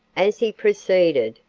as he proceeded,